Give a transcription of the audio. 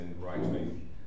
right-wing